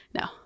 No